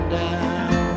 down